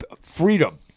Freedom